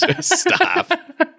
Stop